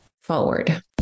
forward